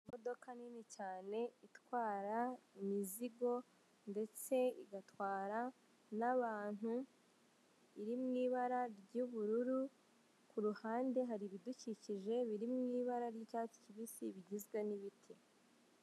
Imodoka nini cyane itwara imizigo ndetse igatwara n'abantu iri mu ibara ry'ubururu ku ruhande hari ibiducicishe biri mu ibara ry'icyatsi kibisi bigizwe n'ibiti.